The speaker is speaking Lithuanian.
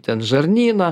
ten žarnyną